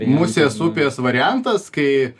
musės upės variantas kai